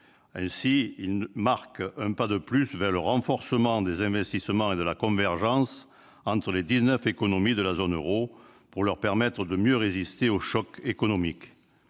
Il marque un pas de plus vers le renforcement des investissements et de la convergence entre les dix-neuf économies de la zone euro, pour leur permettre de mieux résister aux chocs économiques.